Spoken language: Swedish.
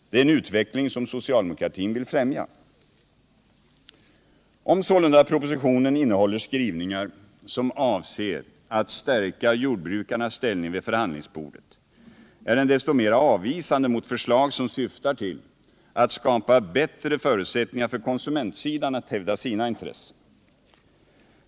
Det är en utveckling som socialdemokratin vill främja. Om sålunda propositionen innehåller skrivningar som avser att stärka jordbrukarnas ställning vid förhandlingsbordet är den desto mer avvisande mot förslag som syftar till att skapa bättre förutsättningar för konsumentsidan att hävda sina intressen.